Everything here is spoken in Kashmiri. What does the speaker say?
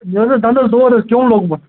مےٚ حظ اوس دَنٛدس دود حظ کیٚوم لوٚگمُت